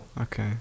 Okay